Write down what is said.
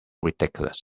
ridiculous